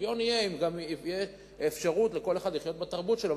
שוויון יהיה גם אם תהיה אפשרות לכל אחד לחיות בתרבות שלו,